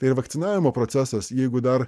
ir vakcinavimo procesas jeigu dar